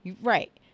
Right